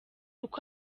uko